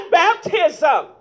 baptism